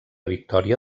victòria